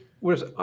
Whereas